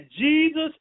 Jesus